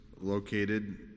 located